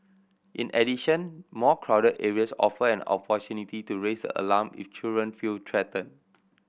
in addition more crowded areas offer an opportunity to raise the alarm if children feel threatened